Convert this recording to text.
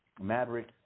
Maverick